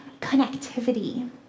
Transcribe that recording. connectivity